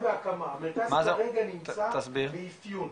המרכז בהקמה, המרכז כרגע נמצא באפיון.